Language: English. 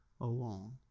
alone